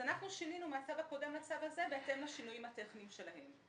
אנחנו שינינו מהצו הקודם לצו הזה בהתאם לשינויים הטכניים שלהם.